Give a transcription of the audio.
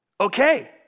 okay